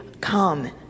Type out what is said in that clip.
come